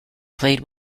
played